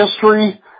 History